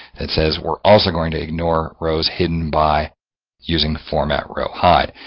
that says we're also going to ignore rows hidden by using the format row hide.